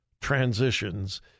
transitions